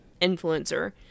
influencer